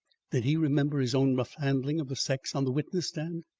did he remember his own rough handling of the sex on the witness stand?